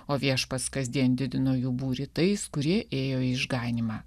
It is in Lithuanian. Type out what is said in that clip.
o viešpats kasdien didino jų būrį tais kurie ėjo į išganymą